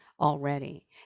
already